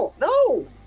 No